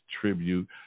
tribute